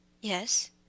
Yes